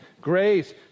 grace